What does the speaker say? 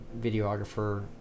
videographer